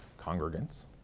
congregants